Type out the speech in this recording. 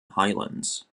highlands